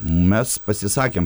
mes pasisakėm